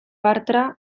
bartra